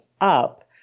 up